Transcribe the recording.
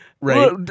Right